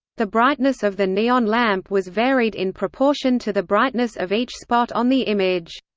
the brightness of the neon lamp was varied in proportion to the brightness of each spot on the image.